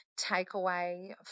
takeaway